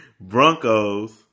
Broncos